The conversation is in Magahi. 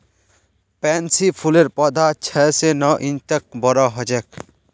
पैन्सी फूलेर पौधा छह स नौ इंच तक बोरो ह छेक